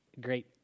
great